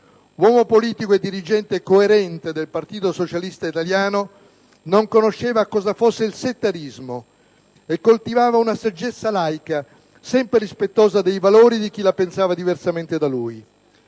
Uomo politico e dirigente coerente del Partito socialista italiano, non conosceva cosa fosse il settarismo e coltivava una saggezza laica, sempre rispettosa dei valori di chi la pensava diversamente da lui.